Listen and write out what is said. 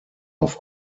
auf